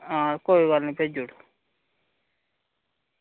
आं कोई गल्ल निं भेजी ओड़ो